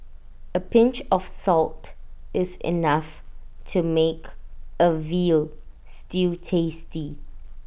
A pinch of salt is enough to make A Veal Stew tasty